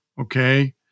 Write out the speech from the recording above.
Okay